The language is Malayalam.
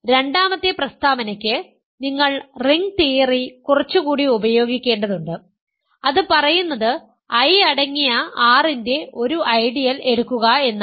രണ്ടാമത്തെ പ്രസ്താവനയ്ക്ക് നിങ്ങൾ റിംഗ് തിയറി കുറച്ചുകൂടി ഉപയോഗിക്കേണ്ടതുണ്ട് അത് പറയുന്നത് I അടങ്ങിയ R ന്റെ ഒരു ഐഡിയൽ എടുക്കുക എന്നാണ്